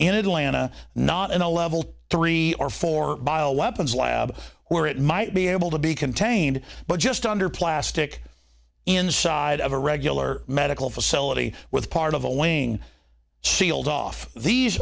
in atlanta not in a level three or four bio weapons lab where it might be able to be contained but just under plastic inside of a regular medical facility with part of a wing sealed off these